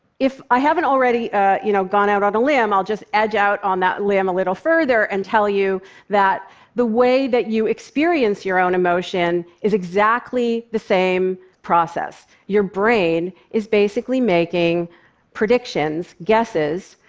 if i haven't already you know gone out on a limb, i'll just edge out on that limb a little further and tell you that the way that you experience your own emotion is exactly the same process. your brain is basically making predictions, guesses,